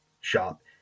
shop